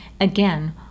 Again